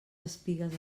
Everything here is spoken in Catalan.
espigues